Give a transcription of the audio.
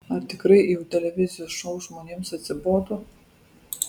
ar tikrai jau televizijos šou žmonėms atsibodo